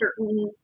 certain